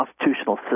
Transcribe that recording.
constitutional